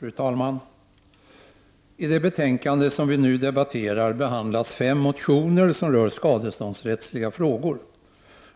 Fru talman! I det betänkande som vi nu debatterar behandlas fem motioner som rör skadeståndsrättsliga frågor.